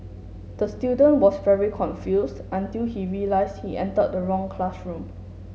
the student was very confused until he realised he entered the wrong classroom